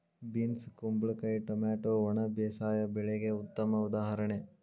beans ಕುಂಬಳಕಾಯಿ tomato ಒಣ ಬೇಸಾಯ ಬೆಳೆಗೆ ಉತ್ತಮ ಉದಾಹರಣೆ